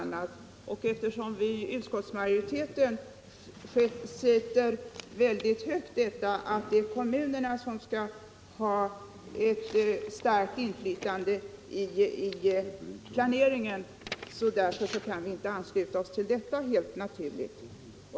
Eftersom vi i utskottsmajoriteten ser det som mycket angeläget att kommunerna skall ha ett starkt inflytande i planeringen, kan vi naturligtvis inte ansluta oss till detta förslag.